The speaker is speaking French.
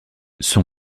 son